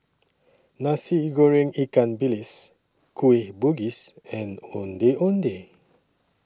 Nasi Goreng Ikan Bilis Kueh Bugis and Ondeh Ondeh